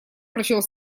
прочел